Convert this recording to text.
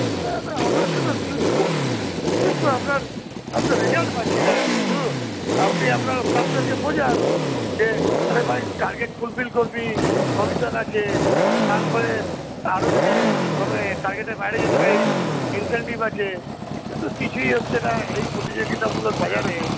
না না আমি তো আপনার আপনার রেসাল্ট পাচ্ছি না না কিছু আপনি আপনার স্টাফদেরকে বোঝান যে আরে ভাই টার্গেট ফুলফিল করবি কমিশন আছে তারপরে আরও যদি কমে টার্গেটের বাইরে যেতে পারিস ইনসেন্টিভ আছে কিন্তু কিছুই হচ্ছে না এই প্রতিযোগিতামূলক বাজারে